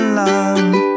love